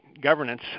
governance